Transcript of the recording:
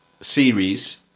series